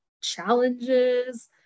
challenges